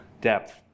depth